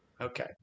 okay